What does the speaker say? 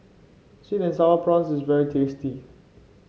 sweet and sour prawns is very tasty